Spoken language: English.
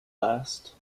last